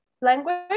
language